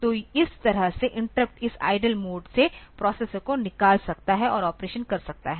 तो इस तरह से इंटरप्ट इस आईडील मोड से प्रोसेसर को निकाल सकता है और ऑपरेशन कर सकता है